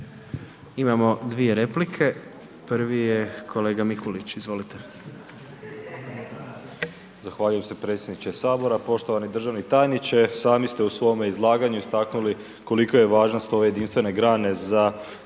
Imamo dvije replike. Prvi je kolega Mikulić. Izvolite.